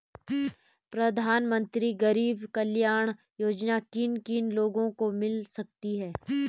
प्रधानमंत्री गरीब कल्याण योजना किन किन लोगों को मिल सकती है?